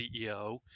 CEO